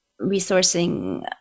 resourcing